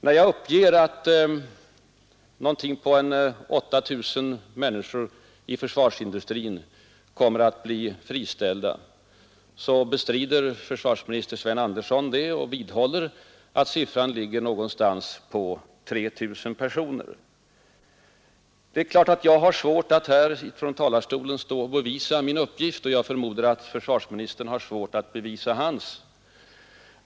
När jag uppger att omkring 8 000 människor i försvarsindustrin kommer att bli friställda bestrider försvarsministern Sven Andersson detta och vidhåller att siffran ligger någonstans vid 3 000 personer. Det är klart att jag har svårt att här bevisa min uppgift — och jag förmodar att försvarsministern har svårt att bevisa sin.